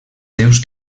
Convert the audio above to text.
seus